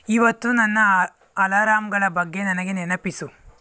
ಇವತ್ತು ನನ್ನ ಅಲಾರಾಂಗಳ ಬಗ್ಗೆ ನನಗೆ ನೆನಪಿಸು